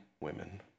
women